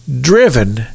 driven